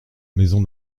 maison